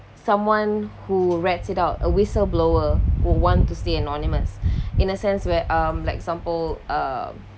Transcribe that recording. someone who read it out a whistle blower who want to stay anonymous in a sense where um like example uh